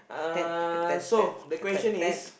ted like a ted ted like a ted ted